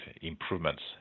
improvements